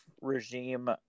regime